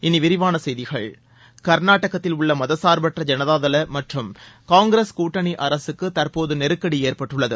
இனி விரிவான செய்திகள் கா்நாடகத்தில் உள்ள மதசாா்பற்ற ஜனதா தள மற்றும் காங்கிரஸ் கூட்டணி அரசுக்கு தற்போது நெருக்கடி ஏற்பட்டுள்ளது